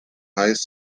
highest